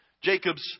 Jacob's